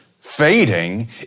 fading